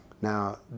Now